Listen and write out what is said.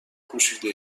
پوشیده